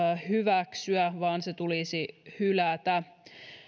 hyväksyä vaan se tulisi hylätä